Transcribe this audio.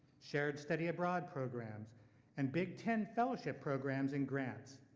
shared study abroad programs and big ten fellowship programs in grants.